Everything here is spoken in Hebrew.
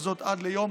וזאת עד ליום